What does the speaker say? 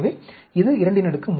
எனவே இது 23